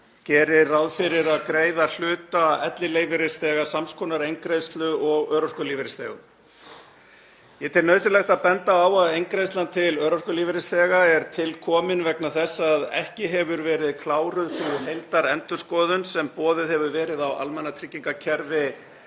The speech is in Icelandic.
gerir ráð fyrir að greiða hluta ellilífeyrisþega sams konar eingreiðslu og örorkulífeyrisþegum. Ég tel nauðsynlegt að benda á að eingreiðslan til örorkulífeyrisþega er til komin vegna þess að ekki hefur verið kláruð sú heildarendurskoðun sem boðuð hefur verið á almannatryggingakerfi